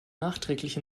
nachträglich